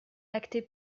lactée